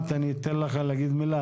כי התאריך שם היה תאריך של לפני ההפקדה.